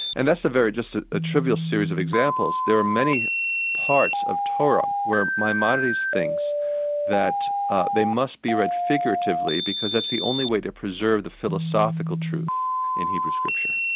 and that's a very, just a trivial series of examples. there are many parts of torah where maimonides thinks that they must be read figuratively because that's the only way to preserve the philosophical truth in hebrew scripture.